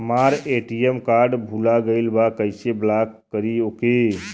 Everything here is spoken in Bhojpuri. हमार ए.टी.एम कार्ड भूला गईल बा कईसे ब्लॉक करी ओके?